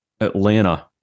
Atlanta